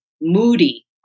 moody